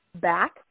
back